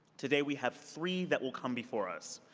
today we have three that will come before us.